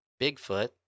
Bigfoot